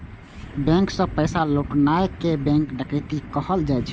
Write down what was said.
bank सं पैसा लुटनाय कें बैंक डकैती कहल जाइ छै